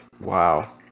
wow